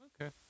Okay